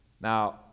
now